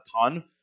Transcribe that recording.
ton